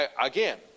again